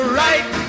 right